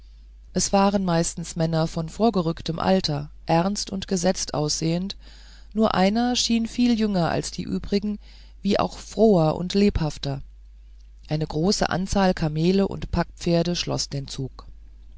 es waren meistens männer von vorgerücktem alter ernst und gesetzt aussehend nur einer schien viel jünger als die übrigen wie auch froher und lebhafter eine große anzahl kamele und packpferde schloß den zug